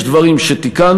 יש דברים שתיקנו,